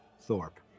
Thorpe